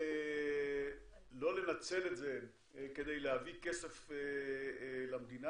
לא לנצל את זה כדי להביא כסף למדינה,